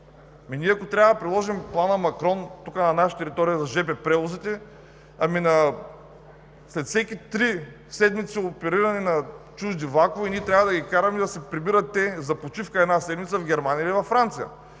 Ако трябва да приложим плана „Макрон“ тук, на наша територия за жп превозите, то след всеки три седмици опериране на чужди влакове ние трябва да ги караме да се прибират за почивка една седмица в Германия или във Франция.